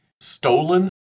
stolen